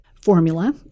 formula